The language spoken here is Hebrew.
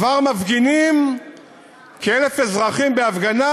כבר מפגינים כ-1,000 אזרחים בהפגנה